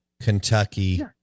Kentucky